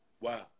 Wow